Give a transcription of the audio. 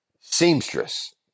seamstress